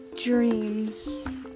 dreams